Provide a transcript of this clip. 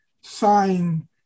sign